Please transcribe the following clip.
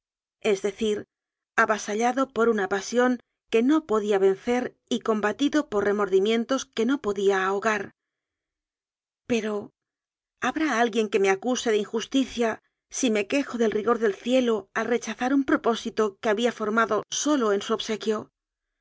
es decir avasallado por una pasión que no podía vencer y combatido por remordimientos que no podía ahogar pero habrá alguien que me acuse de injusticia si me quejo del rigor del cielo al rechazar un propósito que había formado sólo en su obsequio